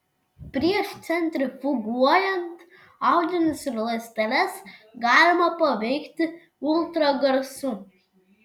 prieš centrifuguojant audinius ir ląsteles galima paveikti ultragarsu